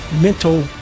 mental